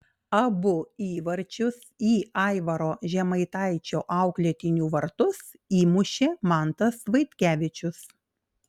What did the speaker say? abu įvarčius į aivaro žemaitaičio auklėtinių vartus įmušė mantas vaitkevičius